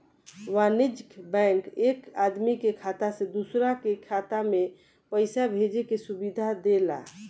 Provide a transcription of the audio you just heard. वाणिज्यिक बैंक एक आदमी के खाता से दूसरा के खाता में पईसा भेजे के सुविधा देला